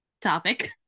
topic